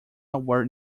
were